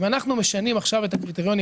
אם אנחנו משנים עכשיו את הקריטריונים